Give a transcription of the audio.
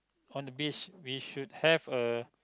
on the beach we should have a